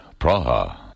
Praha